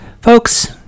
folks